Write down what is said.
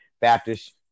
Baptist